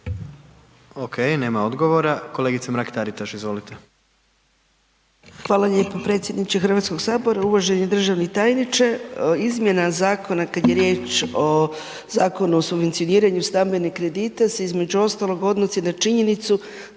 Okej, nema odgovora. Kolegica Mrak Taritaš, izvolite.